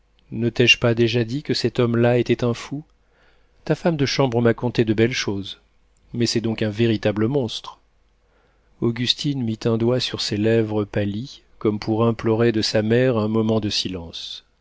ne t'ai-je pas déjà dit que cet homme-là était un fou ta femme de chambre m'a conté de belles choses mais c'est donc un véritable monstre augustine mit un doigt sur ses lèvres pâlies comme pour implorer de sa mère un moment de silence